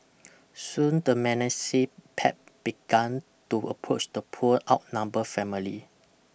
soon the menacing pack began to approach the poor outnumber family